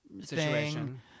situation